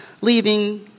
leaving